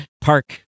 park